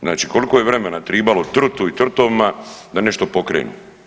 Znači koliko je vremena tribalo trutu i trutovima da nešto pokrenu.